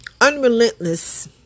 Unrelentless